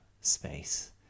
space